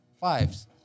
Fives